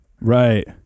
Right